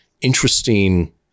interesting